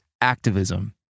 activism